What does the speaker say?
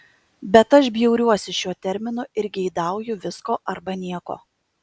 bet aš bjauriuosi šiuo terminu ir geidauju visko arba nieko